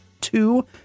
two